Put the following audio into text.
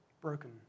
broken